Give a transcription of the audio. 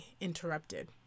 interrupted